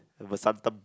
Vasantham